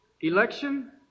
Election